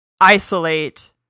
isolate